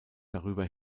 darüber